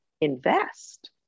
invest